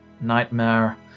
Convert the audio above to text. nightmare